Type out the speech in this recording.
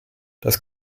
das